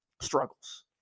struggles